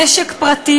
נשק פרטי.